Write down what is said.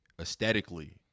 aesthetically